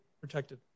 protected